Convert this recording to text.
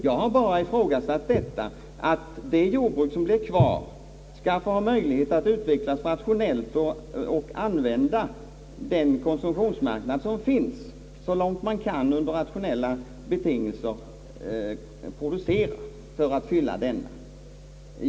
Jag har bara hävdat att de jordbruk som blir kvar skall ha möjlighet att utvecklas rationellt och, så långt man kan, under rationella betingelser få producera och utnyttja den konsumtionsmarknad som finns i landet.